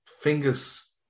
fingers